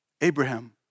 Abraham